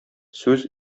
сүз